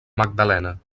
magdalena